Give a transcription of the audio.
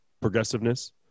progressiveness